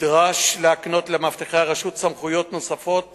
נדרש להקנות למאבטחי הרשות סמכויות נוספות